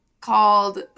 called